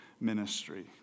ministry